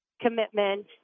commitment